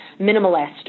minimalist